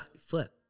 flip